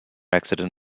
accident